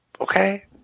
Okay